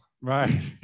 Right